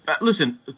Listen